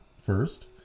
first